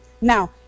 Now